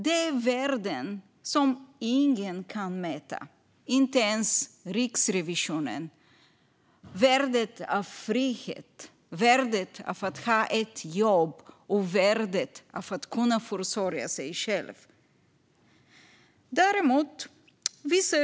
Det är värden som ingen kan mäta, inte ens Riksrevisionen: värdet av frihet, värdet av att ha ett jobb och värdet av att kunna försörja sig själv.